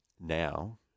now